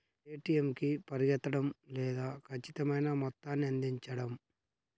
ATM కి పరిగెత్తడం లేదా ఖచ్చితమైన మొత్తాన్ని అందించడం